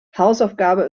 hausaufgabe